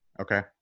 Okay